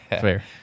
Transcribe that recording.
Fair